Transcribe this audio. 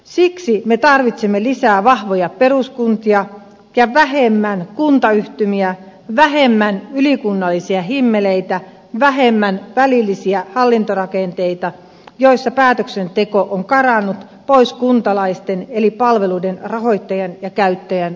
siksi me tarvitsemme lisää vahvoja peruskuntia ja vähemmän kuntayhtymiä vähemmän ylikunnallisia himmeleitä vähemmän välillisiä hallintorakenteita joissa päätöksenteko on karannut pois kuntalaisen eli palveluiden rahoittajan ja käyttäjän ulottuvilta